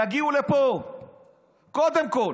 יגיעו לפה קודם כול.